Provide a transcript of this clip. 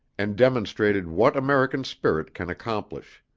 and demonstrated what american spirit can accomplish.